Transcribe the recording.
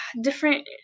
different